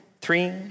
three